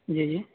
جی جی